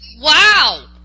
Wow